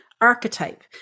archetype